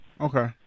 okay